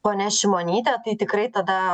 ponia šimonytė tai tikrai tada